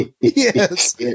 Yes